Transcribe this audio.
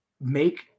make